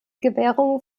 gewährung